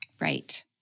Right